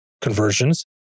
conversions